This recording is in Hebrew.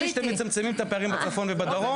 תגיד לי שאתם מצמצמים את הפערים בצפון ובדרום.